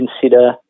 consider